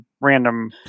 random